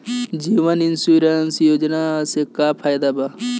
जीवन insurance योजना से का फायदा बा?